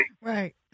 Right